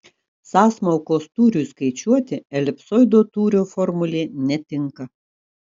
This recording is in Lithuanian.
sąsmaukos tūriui skaičiuoti elipsoido tūrio formulė netinka